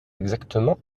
exactement